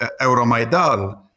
Euromaidal